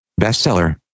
Bestseller